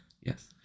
yes